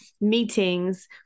meetings